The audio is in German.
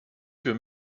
für